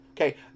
okay